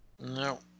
No